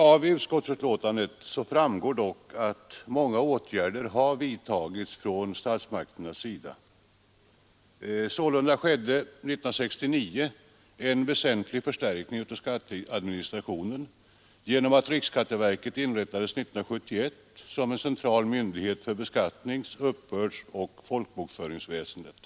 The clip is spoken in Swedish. Av utskottsbetänkandet framgår dock att många åtgärder har vidtagits från statsmakternas sida. Sålunda beslutades 1969 en väsentlig förstärkning av skatteadministrationen genom att riksskatteverket inrättades 1971 som central myndighet för. beskattnings-, uppbördsoch folkbokföringsväsendet.